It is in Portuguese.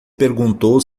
perguntou